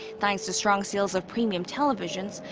thanks to strong sales of premium televisions,